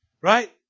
Right